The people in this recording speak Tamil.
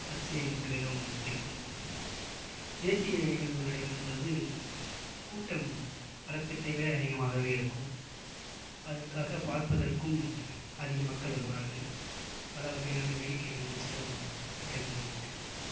ஆச்சரியம் ஊட்டும் விதமும் இருக்கும் தேசிய நிகழ்வுகள் நடைபெறும் பொழுது கூட்டம் வழக்கத்தை விட அதிகமாகவே இருக்கும் அதற்காகப் பார்ப்பதற்கும் அதிக மக்கள் வருவார்கள் பல வகையான வேடிக்கை நிகழ்ச்சிகளும் நடைபெறுவது உண்டு